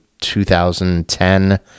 2010